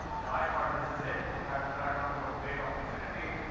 you know, i thought, this is it! look, i've cracked on to a great opportunity.